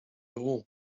all